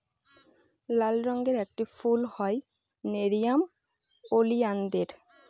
লাল রঙের একটি ফুল হয় নেরিয়াম ওলিয়ানদের